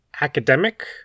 academic